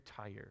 tired